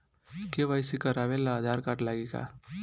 KYC करावे ला Aadhaar card लागी का?